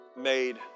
made